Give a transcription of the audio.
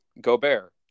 Gobert